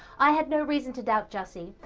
i had no reason to doubt jussie.